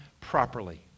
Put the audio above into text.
properly